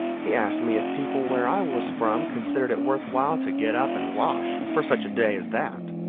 he asked me if people where i was from considered it worth while to get up and wash for such a day as that.